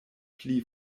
pli